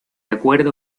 acuerdo